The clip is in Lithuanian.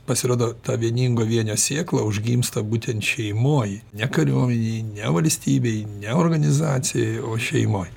pasirodo ta vieningo vienio sėkla užgimsta būtent šeimoj ne kariuomenėj ne valstybėj ne organizacijoj o šeimoj